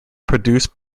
produced